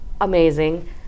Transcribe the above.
amazing